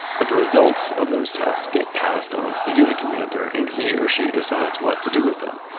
but the results of those tests get passed on to the unit commander and he or she decides what to do with them,